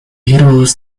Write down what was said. heroes